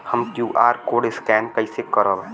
हम QR code scan कइसे करब?